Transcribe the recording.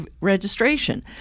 registration